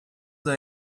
the